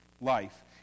life